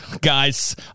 guys